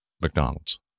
McDonald's